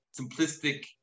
simplistic